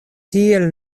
tiel